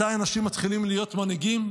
מתי אנשים מתחילים להיות מנהיגים?